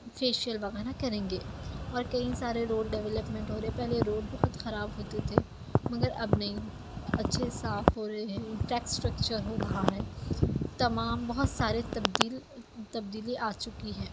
facial وغیرہ کریں گے اور کئی سارے روڈ ڈویلپمنٹ ہو رہے ہیں پہلے روڈ بہت خراب ہوتے تھے مگر اب نہیں اچھے صاف ہو رہے ہیں انفراسٹرکچر ہو رہا ہے تمام بہت سارے تبدیل تبدیلی آ چکی ہے